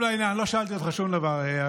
לא שאלתי אותך שום דבר,